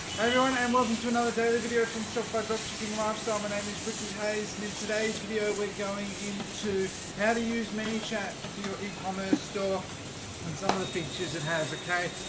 everyone and welcome to another daily video from shopify dropshipping lifestyle my name is ricky hayes and in today's video we're going into how to use mini chat for your ecommerce store and some of the features it has ok.